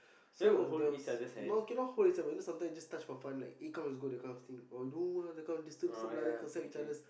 so those no cannot hold is like when you know sometimes you just touch for fun like eh comes let's go that kind of thing or do you want you know that kind of distance whereby you just close up each other's